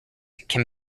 can